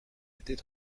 était